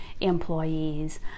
employees